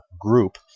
group